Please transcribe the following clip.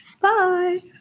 bye